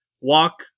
walk